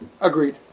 Agreed